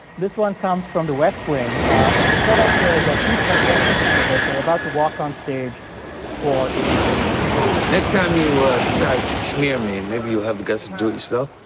this one comes from the west wing, and the setup here is that two presidential candidates are about to walk on stage for a debate next time you ah decide to smear me, maybe you'll have the guts to do it yourself